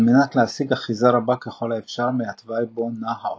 על מנת להשיג אחיזה רבה ככל האפשר מהתוואי בו נע האופנוע.